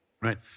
Right